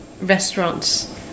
restaurants